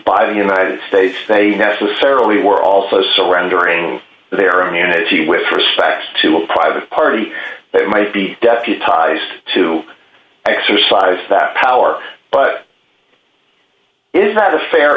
by the united states they necessarily were also surrendering their immunity with respect to a private party that might be deputized to exercise that power but is that a fair